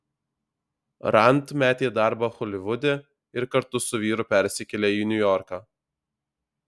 rand metė darbą holivude ir kartu su vyru persikėlė į niujorką